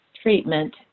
treatment